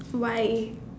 why